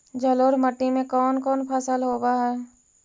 जलोढ़ मट्टी में कोन कोन फसल होब है?